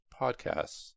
podcasts